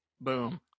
Boom